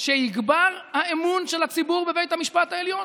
שיגבר האמון של הציבור בבית המשפט העליון?